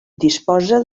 disposa